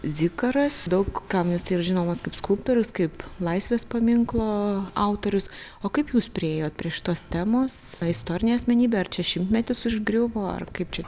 zikaras daug kam jis yra žinomas kaip skulptorius kaip laisvės paminklo autorius o kaip jūs priėjot prie šitos temos ar istorinė asmenybė ar čia šimtmetis užgriuvo ar kaip čia